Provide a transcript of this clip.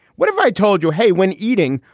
what if i told you, hey, when eating?